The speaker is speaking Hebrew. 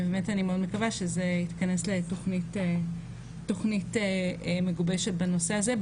אני מאוד מקווה שזה התכנס לתוכנית מגובשת בנושא הזה,